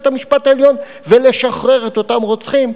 בית-המשפט העליון ולשחרר את אותם רוצחים.